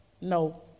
no